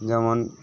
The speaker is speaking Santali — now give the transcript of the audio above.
ᱡᱮᱢᱚᱱ